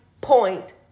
point